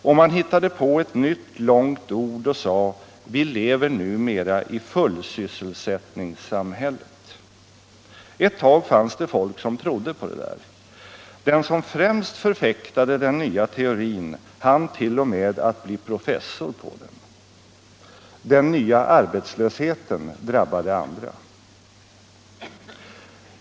Och man hittade på ett nytt långt ord och sade: ”Vi lever numera i fullsysselsättningssamhället.” Ett tag fanns det folk som trodde på det där. Den som främst förfäktade den nya teorin hann t.o.m. att bli professor på den. Den nya arbetslösheten drabbade andra.